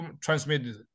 transmitted